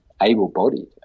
able-bodied